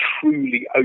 truly